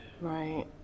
Right